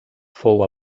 fou